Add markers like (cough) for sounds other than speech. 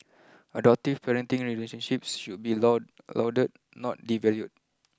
adoptive parenting relationships should be (unintelligible) lauded not devalued